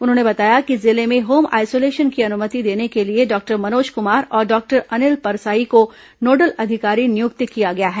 उन्होंने बताया कि जिले में होम आइसोलेशन की अनुमति देने के लिए डॉक्टर मनोज कुमार और डॉक्टर अनिल परसाई को नोडल अधिकारी नियुक्त किया गया है